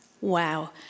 Wow